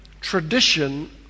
tradition